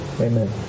amen